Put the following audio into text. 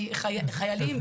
כי חיילים,